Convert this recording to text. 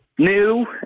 new